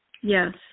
Yes